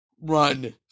run